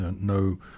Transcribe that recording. no